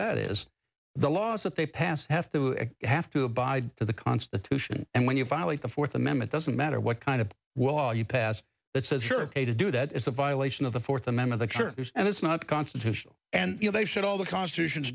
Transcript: that is the laws that they pass have you have to abide to the constitution and when you finally the fourth amendment doesn't matter what kind of wall you pass that says you're a to do that is a violation of the fourth amendment the church and it's not constitutional and you know they should all the constitution is